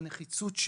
הנחיצות,